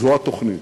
זו התוכנית,